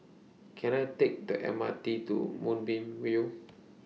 Can I Take The M R T to Moonbeam View